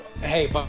hey